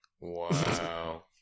Wow